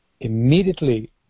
Immediately